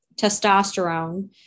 testosterone